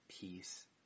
Peace